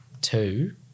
two